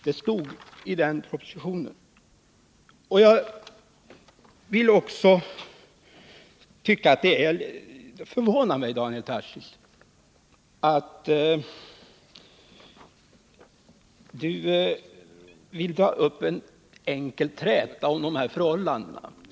Det förvånar mig att Daniel Tarschys vill ta upp en enkel träta om de här förhållandena.